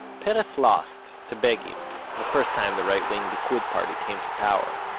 peres lost, to begin the first time the right wing likkud party came to power.